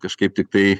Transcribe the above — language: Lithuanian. kažkaip tiktai